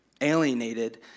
alienated